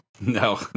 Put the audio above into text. No